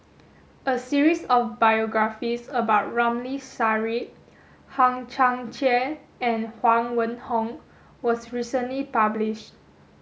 a series of biographies about Ramli Sarip Hang Chang Chieh and Huang Wenhong was recently published